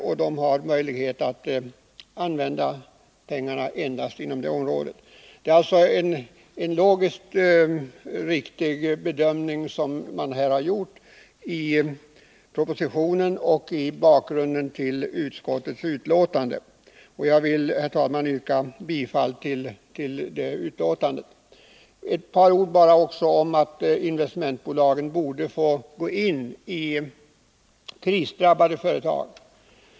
De har endast möjlighet att använda pengarna inom detta område. Det är alltså en logiskt riktig bedömning man har gjort i propositionen och i utskottsbetänkandet. Jag vill, herr talman, yrka bifall till hemställan i detta betänkande. Jag vill också säga ett par ord om förslaget i motionen att investmentbolagen borde få gå in i krisdrabbade företag.